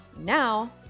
Now